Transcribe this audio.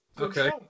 okay